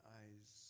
eyes